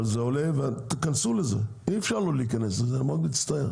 אבל זה עולה ותיכנסו לזה אי אפשר לא להיכנס לזה אני מאוד מצטער,